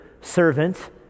servant